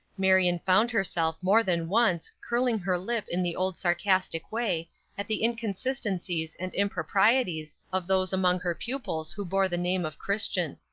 marion found herself more than once curling her lip in the old sarcastic way at the inconsistencies and improprieties of those among her pupils who bore the name of christian.